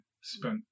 spent